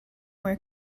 were